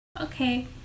Okay